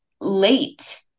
late